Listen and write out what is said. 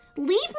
Leave